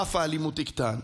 רף האלימות יקטן.